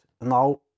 now